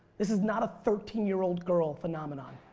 this is not a thirteen year old girl phenomenon.